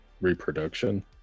reproduction